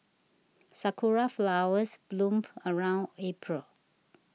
sakura flowers bloom around April